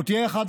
זאת תהיה אחת